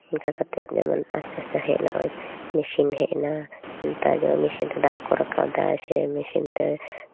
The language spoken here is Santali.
ᱚᱱᱠᱟ ᱠᱟᱛᱮ ᱡᱮᱢᱚᱱ ᱟᱥᱛᱮ ᱟᱥᱛᱮ ᱦᱮᱡ ᱱᱟ ᱱᱚᱜᱼᱚᱭ ᱢᱮᱥᱤᱱ ᱦᱮᱡᱮᱱᱟ ᱱᱮᱛᱟᱨ ᱫᱚ ᱢᱮᱥᱤᱱ ᱛᱮ ᱫᱟᱜ ᱠᱚ ᱨᱟᱠᱟᱵ ᱫᱟ ᱥᱮ ᱢᱮᱥᱤᱱ ᱛᱮ